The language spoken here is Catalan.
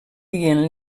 dient